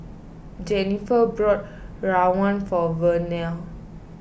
Jenniffer bought rawon for Vernell